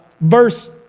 verse